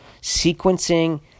sequencing